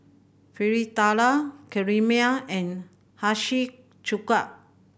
Fritada Kheema and Hiyashi Chuka